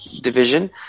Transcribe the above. Division